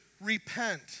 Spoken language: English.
Repent